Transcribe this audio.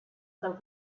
del